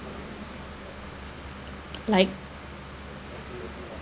like